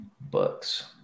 Books